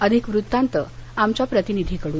अधिक वृत्तांत आमच्या प्रतिनिधीकडून